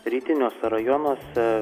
rytiniuose rajonuose